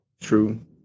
True